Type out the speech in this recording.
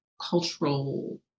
cultural